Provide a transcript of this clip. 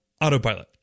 autopilot